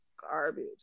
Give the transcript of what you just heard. garbage